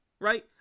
Right